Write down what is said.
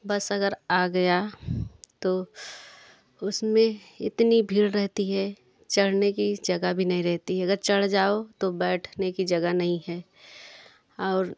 बस अगर आ गया तो उसमें इतनी भीड़ रहती है चढ़ने की जगह भी नहीं रहती है अगर चढ़ जाओ तो बैठने की जगह नहीं है और